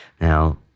Now